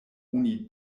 oni